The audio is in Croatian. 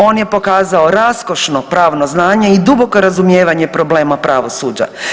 On je pokazao raskošno pravno znanje i duboko razumijevanje problema pravosuđa.